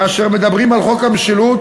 כאשר מדברים על חוק המשילות,